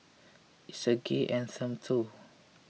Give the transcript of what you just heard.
it's a gay anthem too